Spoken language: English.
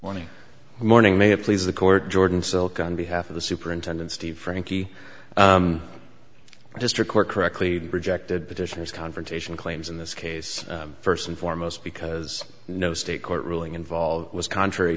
the morning may have please the court jordan silk on behalf of the superintendent steve frankie district court correctly rejected petitioners confrontation claims in this case first and foremost because no state court ruling involved was contrary